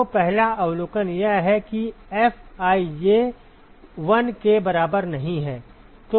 तो पहला अवलोकन यह है कि Fij 1 के बराबर नहीं है